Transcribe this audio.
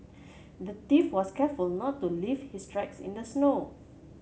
the was careful not to leave his tracks in the snow